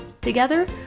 Together